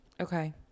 Okay